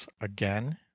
again